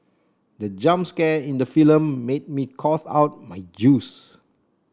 the jump scare in the film made me cough out my juice